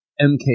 MK